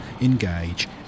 engage